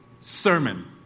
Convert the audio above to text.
sermon